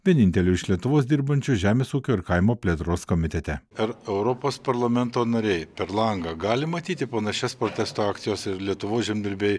vieninteliu iš lietuvos dirbančiu žemės ūkio ir kaimo plėtros komitete er europos parlamento nariai per langą gali matyti panašias protesto akcijos lietuvos žemdirbiai